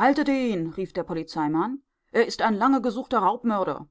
haltet ihn rief der polizeimann er ist ein lange gesuchter raubmörder